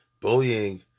bullying